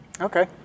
Okay